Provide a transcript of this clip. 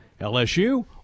LSU